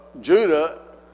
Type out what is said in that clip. Judah